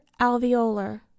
alveolar